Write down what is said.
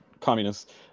communists